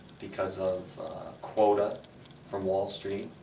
because of quota from wall street,